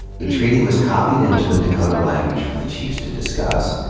the treaty was copied into the dakota language for the chiefs to discuss.